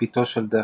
בתו של דקארד,